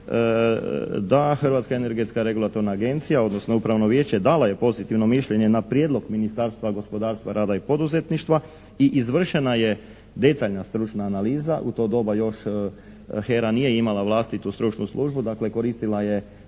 da Hrvatska energetska regulatorna agencija odnosno Upravno vijeće dalo je pozitivno mišljenje na prijedlog Ministarstva rada, gospodarstva i poduzetništva i izvršena je detaljna stručna analiza. U to doba još HERA još nije imala vlastitu stručnu službu. Dakle koristila je